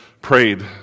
prayed